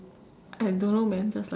I don't know man just like that